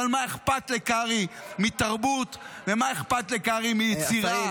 אבל מה אכפת לקרעי מתרבות ומה אכפת לקרעי מיצירה -- השרים,